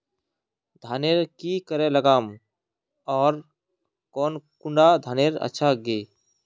धानेर की करे लगाम ओर कौन कुंडा धानेर अच्छा गे?